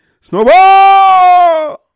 Snowball